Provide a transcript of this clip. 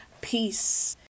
Peace